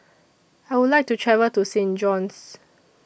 I Would like to travel to Saint John's